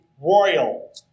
royal